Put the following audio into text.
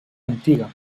antiga